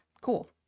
cool